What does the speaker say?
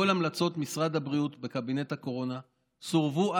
כל המלצות משרד הבריאות בקבינט הקורונה סורבו,